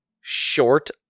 short